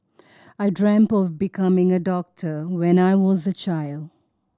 I dreamt of becoming a doctor when I was a child